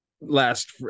last